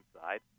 side